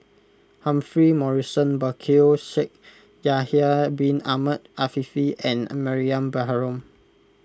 Humphrey Morrison Burkill Shaikh Yahya Bin Ahmed Afifi and Mariam Baharom